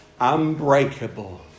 unbreakable